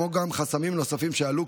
כמו גם חסמים נוספים שעלו,